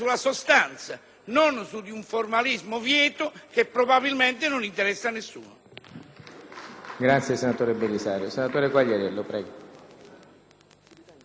non su un formalismo vieto che probabilmente non interessa nessuno.